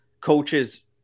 coaches